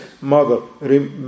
mother